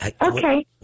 Okay